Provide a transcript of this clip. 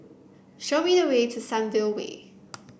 show me the way to Sunview Way